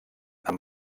amb